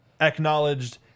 acknowledged